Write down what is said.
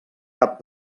cap